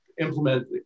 implement